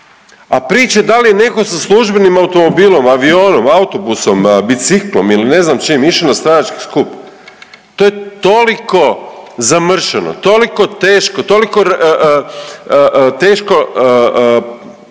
A priče da li je netko sa službenim automobilom, avionom, auotbusom, biciklom ili ne znam čim išao na stranački skup, to je toliko zamršeno, toliko teško, toliko teško